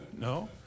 no